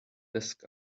desk